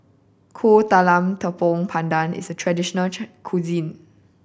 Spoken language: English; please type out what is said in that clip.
Kuih Talam Tepong Pandan is a traditional cuisine